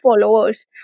followers